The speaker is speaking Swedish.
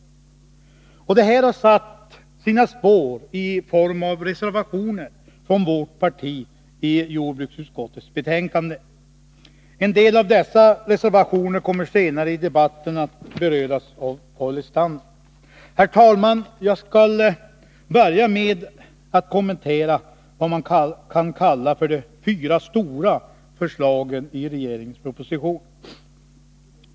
Det här har satt sina spår i form av reservationer från vårt parti i jordbruksutskottets betänkande. En del av dessa reservationer kommer senare i debatten att beröras av Paul Lestander. Herr talman! Jag skall börja med att kommentera vad man kan kalla för de fyra stora förslagen i propositionen.